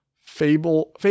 Fable